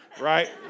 right